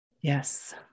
Yes